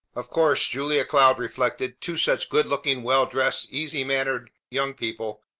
of course, julia cloud reflected, two such good-looking, well-dressed, easy-mannered young people,